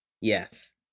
yes